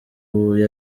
ubu